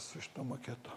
su šituo maketu